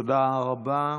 תודה רבה.